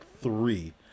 three